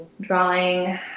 drawing